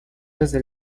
desde